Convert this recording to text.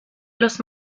los